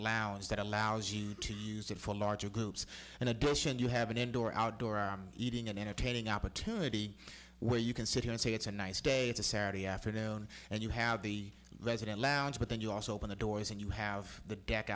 lounge that allows you to use it for larger groups in addition you have an indoor outdoor eating and entertaining opportunity where you can sit here and say it's a nice day it's a saturday afternoon and you have the resident lounge but then you also open the doors and you have the deck